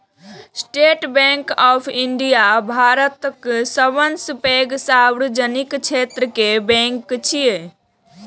state Bank of India भारतक सबसं पैघ सार्वजनिक क्षेत्र के बैंक छियै